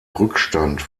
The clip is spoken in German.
rückstand